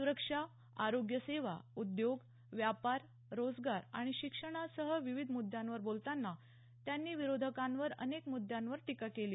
सुरक्षा आरोग्य सेवा उद्योग व्यापार रोजगार आणि शिक्षणासह विविध मुद्यांवर बोलताना त्यांनी विरोधकांवर अनेक मुद्यांवर टीका केली